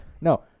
no